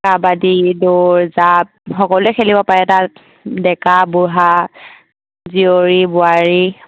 কাবাডী দৌৰ জাপ সকলোৱে খেলিব পাৰে তাত ডেকা বুঢ়া জীয়ৰী বোৱাৰী